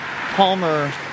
palmer